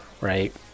right